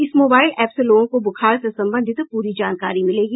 इस mobile app से लोगों को बुखार से संबंधित पूरी जानकारी मिलेगी